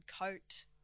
coat